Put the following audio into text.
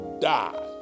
die